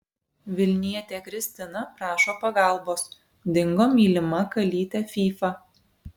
vilnietė kristina prašo pagalbos dingo mylima kalytė fyfa